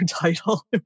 title